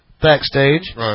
backstage